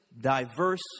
diverse